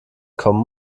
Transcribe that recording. kommen